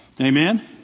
Amen